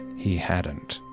he hadn't.